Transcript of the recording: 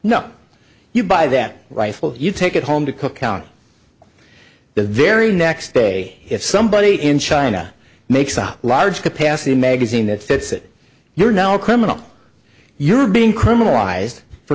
no you buy that rifle you take it home to cook county the very next day if somebody in china makes a large capacity magazine that fits that you're now a criminal you're being criminalized for